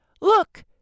Look